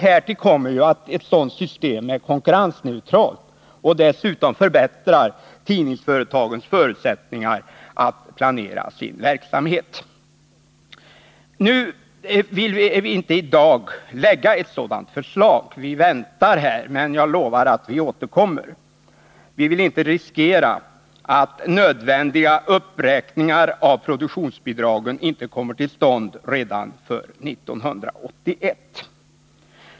Härtill kommer att ett sådant system är konkurrensneutralt och dessutom förbättrar tidningsföretagens förutsättningar att planera sin verksamhet. Nu vill vi inte lägga fram ett sådant förslag i dag. Vi väntar, men jag lovar att vi återkommer. Vi vill inte riskera att nödvändiga uppräkningar av produktionsbidragen inte kommer till stånd för 1981.